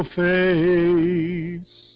face